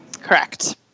Correct